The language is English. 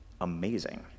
amazing